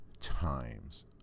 times